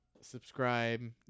subscribe